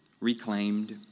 reclaimed